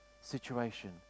situation